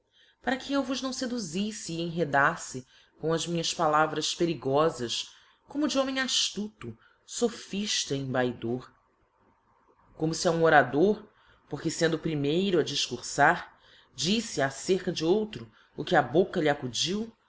para que eu vos não feduzifle e enredaffe com as minhas palavras perigofas como de homem aftuto fophifta e embaidor como fe a um orador porque fendo o primeiro a difcurfar diíte acerca de outro o que á boca lhe accudiu